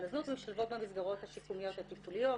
הזנות ומשולבות במסגרות השיקומיות והטיפוליות,